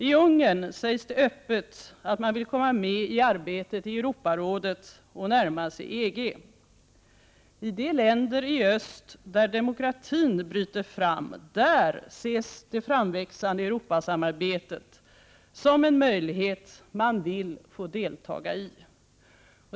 I Ungern sägs det öppet att man vill komma med i arbetet i Europarådet och närma sig EG. I de länder i öst där demokratin bryter fram ses det framväxande Europasamarbetet som en möjlighet man vill få deltaga i.